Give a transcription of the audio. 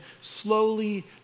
slowly